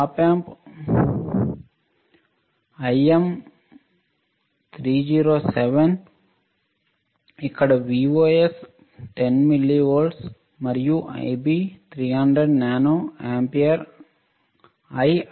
Op Amp l m 307 ఇక్కడ Vos 10 మిల్లీవోల్ట్లు మరియు Ib 300 nano ampere Io 50 nano ampere